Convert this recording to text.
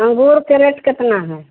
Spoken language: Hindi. अंगूर के रेट कितना है